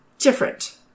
different